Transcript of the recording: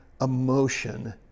emotion